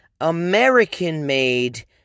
American-made